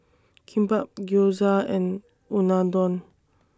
Kimbap Gyoza and Unadon